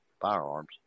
firearms